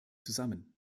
zusammen